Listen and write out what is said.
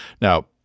Now